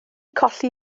colli